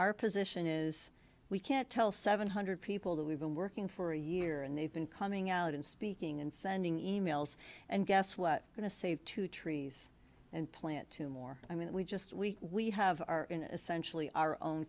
our position is we can't tell seven hundred people that we've been working for a year and they've been coming out and speaking and sending e mails and guess what going to save two trees and plant two more i mean we just we we have our